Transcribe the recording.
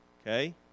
okay